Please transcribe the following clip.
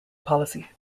policy